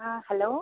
ஆ hello